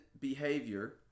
behavior